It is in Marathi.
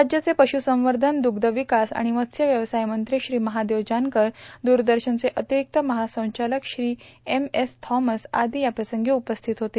राज्याचे पशुसंवर्धन दुग्धविकास आणि मत्स्यव्यवसाय मंत्री श्री महादेव जानकर दूरदर्शनचे अतिरिक्त महासंचालक श्री एम एस थॉमस आदी याप्रसंगी उपस्थित होते